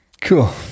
Cool